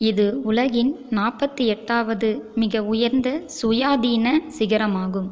இது உலகின் நாற்பத்தி எட்டாவது மிக உயர்ந்த சுயாதீன சிகரமாகும்